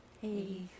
Hey